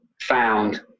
Found